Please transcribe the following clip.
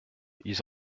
ils